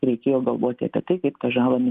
reikėjo galvoti apie tai kaip tą žalą